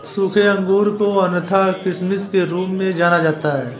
सूखे अंगूर को अन्यथा किशमिश के रूप में जाना जाता है